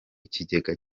kigega